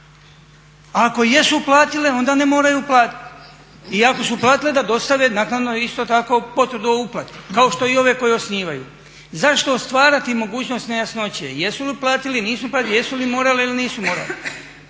Ako jesu uplatile onda ne moraju platiti, i ako su platile da dostave naknadno isto tako potvrdu o uplati kao što i ove koje osnivaju. Zašto stvarati mogućnost nejasnoće? Jesu li uplatili, nisu uplatili, jesu li morali ili nisu morali?